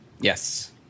Yes